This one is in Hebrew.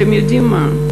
אתם יודעים מה?